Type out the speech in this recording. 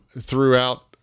throughout